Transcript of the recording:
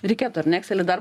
reikėtų ar ne ekselį dar